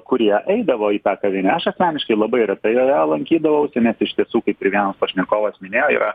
kurie eidavo į tą kavinę aš asmeniškai labai retai joje lankydavausi nes iš tiesų kaip ir vienas pašnekovas minėjo yra